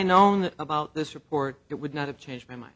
known about this report it would not have changed my mind